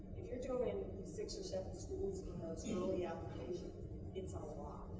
if you're doing six or seven schools in those early application it's ah a lot